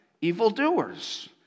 evildoers